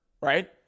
Right